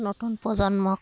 নতুন প্ৰজন্মক